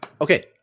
Okay